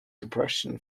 depression